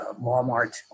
Walmart